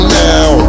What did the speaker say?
now